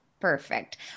Perfect